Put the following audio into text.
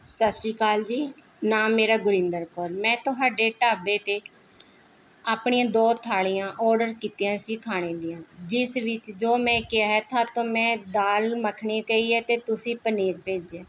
ਸੱਸਰੀਕਾਲ ਜੀ ਨਾਮ ਮੇਰਾ ਗੁਰਿੰਦਰ ਕੌਰ ਮੈਂ ਤੁਹਾਡੇ ਢਾਬੇ 'ਤੇ ਆਪਣੀਆਂ ਦੋ ਥਾਲੀਆਂ ਔਡਰ ਕੀਤੀਆਂ ਸੀ ਖਾਣੇ ਦੀਆਂ ਜਿਸ ਵਿੱਚ ਜੋ ਮੈਂ ਕਿਹਾ ਤੁਹਾਡੇ ਤੋਂ ਮੈਂ ਦਾਲ਼ ਮਖਣੀ ਕਹੀ ਹੈ ਅਤੇ ਤੁਸੀਂ ਪਨੀਰ ਭੇਜਿਆ